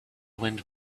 wind